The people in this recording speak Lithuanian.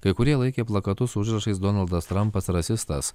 kai kurie laikė plakatus su užrašais donaldas trampas rasistas